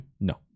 No